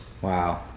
wow